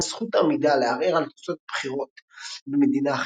זכות עמידה לערער על תוצאות בחירות במדינה אחרת,